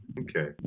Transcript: okay